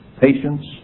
patience